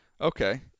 Okay